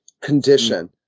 condition